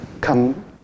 come